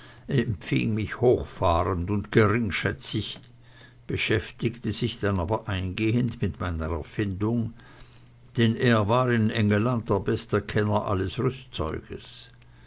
empfing mich hochfahrend und geringschätzig beschäftigte sich dann aber eingehend mit meiner erfindung denn er war in engelland der beste kenner alles